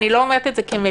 אני לא אומרת את זה כמליצה.